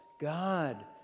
God